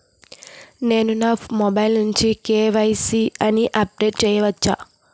నేను నా మొబైల్ నుండి కే.వై.సీ ని అప్డేట్ చేయవచ్చా?